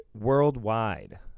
worldwide